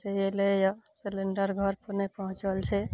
से एलइए सिलिंडर घरपर नहि पहुँचल छै